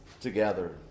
together